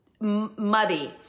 muddy